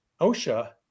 OSHA